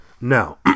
Now